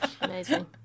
Amazing